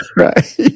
Right